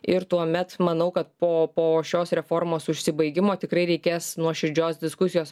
ir tuomet manau kad po po šios reformos užsibaigimo tikrai reikės nuoširdžios diskusijos